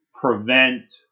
Prevent